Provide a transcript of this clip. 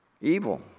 Evil